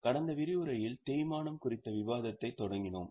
கடந்த விரிவுரையில் தேய்மானம் குறித்த விவாதத்தைத் தொடங்கினோம்